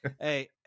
Hey